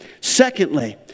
Secondly